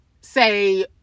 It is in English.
say